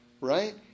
right